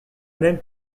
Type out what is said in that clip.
même